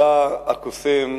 בא הקוסם,